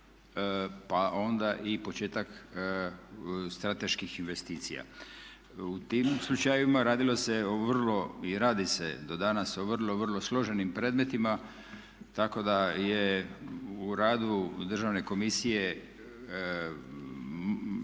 pa onda i početak strateških investicija. U tim slučajevima radilo se o vrlo, i radi se do danas, o vrlo, vrlo složenim predmetima tako da je u radu Državne komisije